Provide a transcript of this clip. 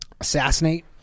Assassinate